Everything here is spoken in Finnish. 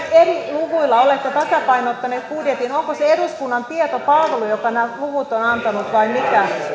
luvuilla olette tasapainottaneet budjetin onko se eduskunnan tietopalvelu joka nämä luvut on antanut vai mikä